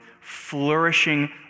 flourishing